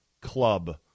club